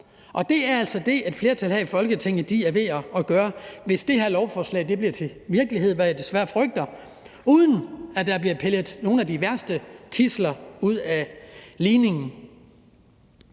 Og det er altså det, som et flertal her i Folketinget er ved at gøre, hvis det her lovforslag bliver til virkelighed, hvad jeg desværre frygter, uden at der bliver pillet nogle af de værste tidsler ud af ligningen.